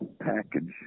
package